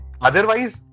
otherwise